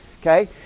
Okay